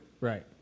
Right